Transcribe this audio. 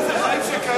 מה זה, "חיים שכאלה"?